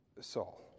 Saul